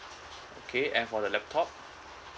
okay and for the laptop